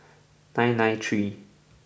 nine nine three